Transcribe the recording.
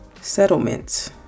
Settlement